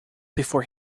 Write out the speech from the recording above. before